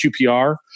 QPR